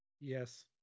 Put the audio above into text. yes